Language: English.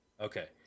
Okay